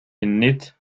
innit